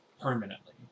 permanently